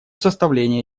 составления